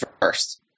first